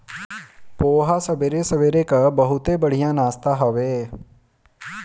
पोहा सबेरे सबेरे कअ बहुते बढ़िया नाश्ता हवे